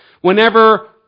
whenever